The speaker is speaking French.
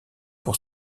pour